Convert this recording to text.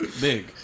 Big